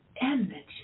energy